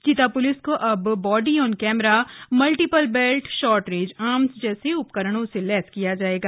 चीता प्लिस को अब body on camera multiple belt short range arms जैसे उपकरणों से लैस किया जाएगा